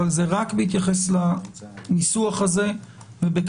אבל זה רק בהתייחס לניסוח הזה בקצרה.